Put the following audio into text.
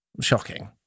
Shocking